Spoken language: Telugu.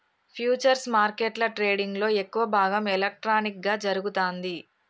ఫ్యూచర్స్ మార్కెట్ల ట్రేడింగ్లో ఎక్కువ భాగం ఎలక్ట్రానిక్గా జరుగుతాంది